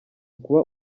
ukuba